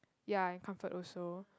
ya and comfort also